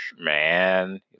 man